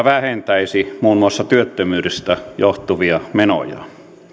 vähentäisi muun muassa työttömyydestä johtuvia menoja